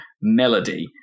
melody